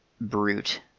brute